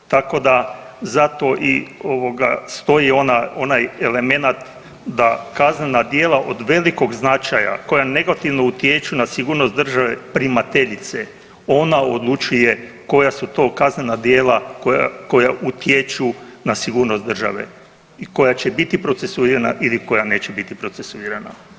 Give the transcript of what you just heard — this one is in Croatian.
Tako da zato i stoji onaj elemenat da kaznena djela od velikog značaja koja negativno utječu na sigurnost države primateljice ona odlučuje koja su to kaznena djela koja utječu na sigurnost države i koja će biti procesuirana ili koja neće biti procesuirana.